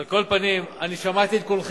על כל פנים, אני שמעתי את כולכם.